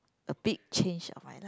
a big change of my life